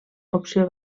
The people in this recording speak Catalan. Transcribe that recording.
opció